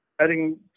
adding